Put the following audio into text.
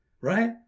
right